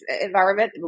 environment